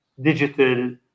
digital